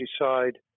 decide